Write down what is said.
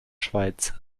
schweiz